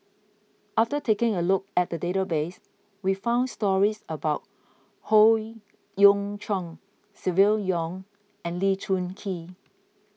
after taking a look at the database we found stories about Howe Yoon Chong Silvia Yong and Lee Choon Kee